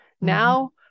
Now